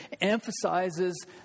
emphasizes